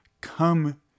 come